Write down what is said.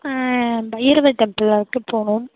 Bhairava temple வரைக்கும் போகணும்